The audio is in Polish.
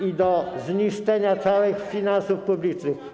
i do zniszczenia całych finansów publicznych.